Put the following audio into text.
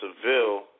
Seville